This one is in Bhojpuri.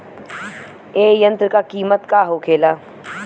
ए यंत्र का कीमत का होखेला?